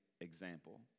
example